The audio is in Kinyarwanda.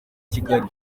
kigali